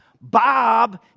Bob